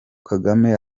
kagame